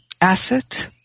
asset